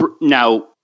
now